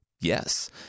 yes